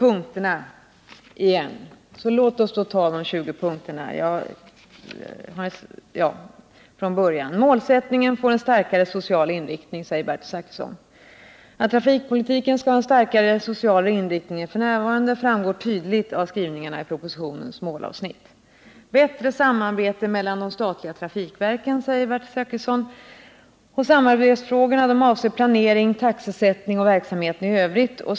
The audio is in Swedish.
Låt mig så gå igenom de 20 punkterna från början igen. Målsättningen får en starkare social inriktning, börjar Bertil Zachrisson. — Att trafikpolitiken skall ha en starkare social inriktning än f. n. framgår tydligt av skrivningarna i propositionens målavsnitt. Det skall vara ett bättre samarbete mellan de statliga trafikverken, framhåller Bertil Zachrisson vidare. Samarbetsfrågorna avser planering, taxesättning och verksamheten i övrigt.